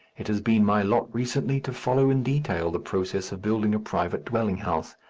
it has been my lot recently to follow in detail the process of building a private dwelling-house,